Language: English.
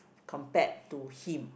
compared to him